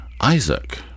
Isaac